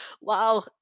wow